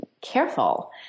careful